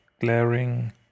glaring